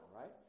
right